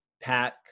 pack